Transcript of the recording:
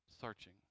searching